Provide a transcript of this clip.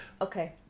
okay